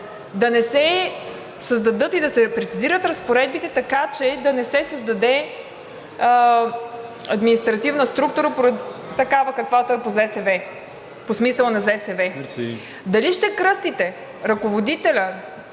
да не се създадат и да се прецизират разпоредбите, така че да не се създаде административна структура – такава, каквато е по ЗСВ, по смисъла на ЗСВ. Дали ще кръстите ръководителя,